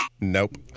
Nope